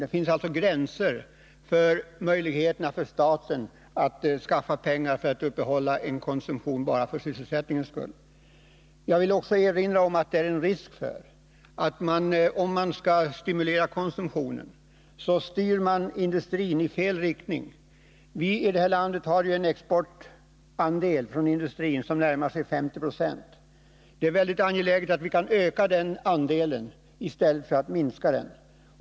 Det finns alltså gränser för statens möjligheter att skaffa pengar för att uppehålla en konsumtion bara för sysselsättningens skull. Jag vill också erinra om att om man skall stimulera konsumtionen så finns det en risk för att man styr industrin i fel riktning. Vi har i detta land en exportandel från industrin som närmar sig 50 76. Det är mycket angeläget att vi kan öka den andelen i stället för att minska den.